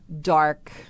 dark